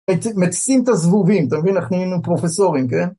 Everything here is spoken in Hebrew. מצים מתסיסים ת'זבובים, אתה מבין? אנחנו פרופסורים, כן?